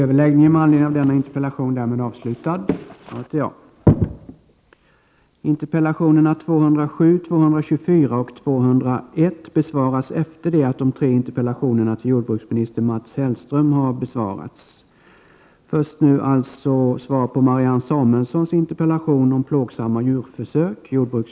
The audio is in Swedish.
Jag får meddela att interpellationerna 207, 224 och 201 besvaras efter det att de tre interpellationerna till jordbruksminister Mats Hellström har besvarats.